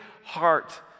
heart